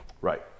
right